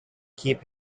keep